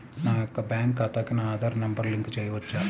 నా యొక్క బ్యాంక్ ఖాతాకి నా ఆధార్ నంబర్ లింక్ చేయవచ్చా?